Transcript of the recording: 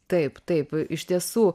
taip taip iš tiesų